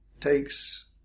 takes